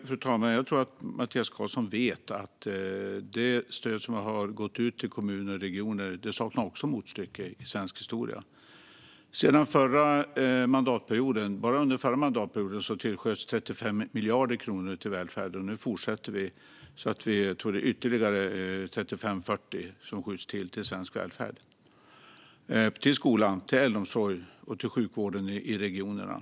Fru talman! Jag tror att Mattias Karlsson vet att det stöd som har gått ut till kommuner och regioner saknar motstycke i svensk historia. Bara under den förra mandatperioden tillsköts 35 miljarder kronor till välfärden. Nu fortsätter vi att skjuta till ytterligare, tror jag, 35-40 miljarder till svensk välfärd - till skolan, till äldreomsorg och till sjukvården i regionerna.